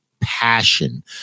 passion